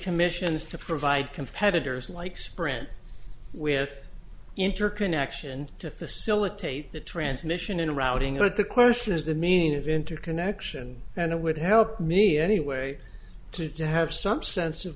commissions to provide competitors like sprint with interconnection to facilitate the transmission and routing of the question is the meaning of interconnection and it would help me anyway to have some sense of